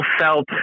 felt